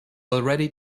already